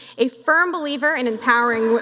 a firm believer in empowering,